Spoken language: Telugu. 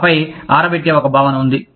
ఆపై ఆరబెట్టే ఒక భావన ఉంది